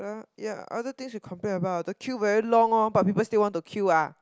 ya other things we complain about the queue very long lor but people still want to queue ah